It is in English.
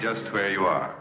just where you are